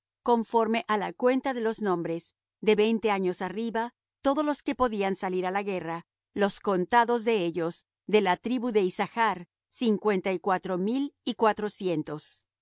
conforme á la cuenta de los nombres de veinte años arriba todos los que podían salir á la guerra los contados de ellos de la tribu de issachr cincuenta y cuatro mil y cuatrocientos